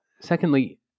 secondly